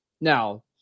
Now